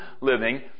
living